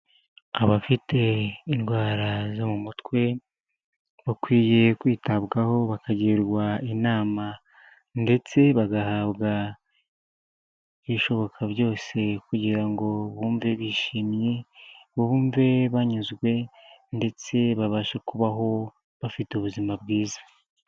Abafite indwara zo mu mutwe, bakwiye kwitabwaho bakagirwa inama, ndetse bagahabwa ibishoboka byose kugira ngo bumve bishimye, bumve banyuzwe ndetse babashe kubaho bafite ubuzima bwiza.